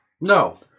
No